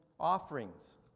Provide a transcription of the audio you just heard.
Offerings